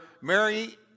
Mary